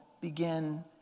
begin